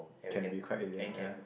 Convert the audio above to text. can be quite alien ya